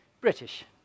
British